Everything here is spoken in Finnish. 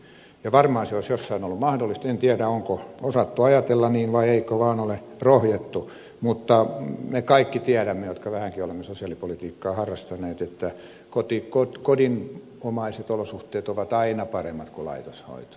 ja varmaan se olisi jossain ollut mahdollista en tiedä onko osattu ajatella niin vai eikö vaan ole rohjettu mutta me kaikki tiedämme jotka vähänkin olemme sosiaalipolitiikkaa harrastaneet että kodinomaiset olosuhteet ovat aina paremmat kuin laitoshoito